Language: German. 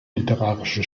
literarische